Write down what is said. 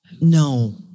No